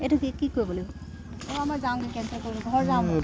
এইটো কি কি কৰিব লাগিব অঁ মই যাওঁগৈ কেনচেল কৰিম ঘৰ যাওঁ মই